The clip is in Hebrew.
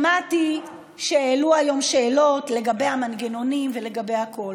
שמעתי שהעלו היום שאלות לגבי המנגנונים ולגבי הכול.